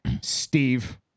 Steve